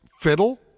fiddle